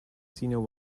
senior